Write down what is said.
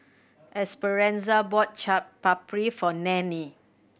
Esperanza bought Chaat Papri for Nannie